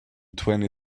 twenty